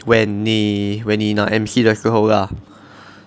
when 你 when 你拿 M_C 的时候 lah